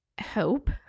hope